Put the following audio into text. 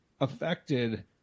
affected